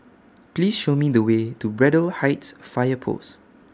Please Show Me The Way to Braddell Heights Fire Post